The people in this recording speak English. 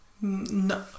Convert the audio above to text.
no